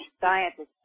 scientists